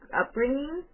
upbringing